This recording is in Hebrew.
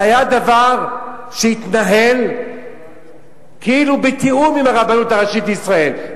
זה היה דבר שהתנהל כאילו בתיאום עם הרבנות הראשית לישראל,